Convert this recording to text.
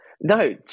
No